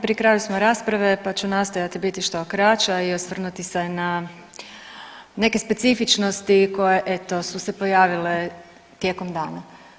Pri kraju smo rasprave pa ću nastojati biti što kraća i osvrnuti se na neke specifičnosti koje eto su se pojavile tijekom dana.